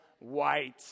white